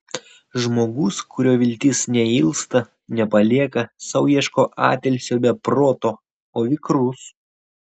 žmogus kurio viltis neilsta nepalieka sau ieško atilsio be proto o vikrus